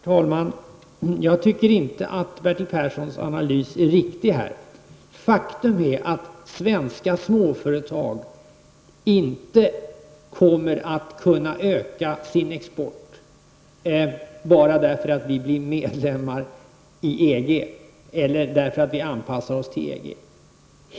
Herr talman! Jag tycker inte att Bertil Perssons analys är riktig. Svenska småföretag kommer inte att kunna öka sin export som en följd av att Sverige blir medlem i EG eller av att vi anpassar oss till EG.